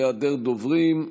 בהיעדר דוברים,